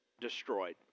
destroyed